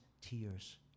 tears